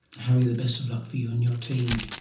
harry, the best of luck for you and your team.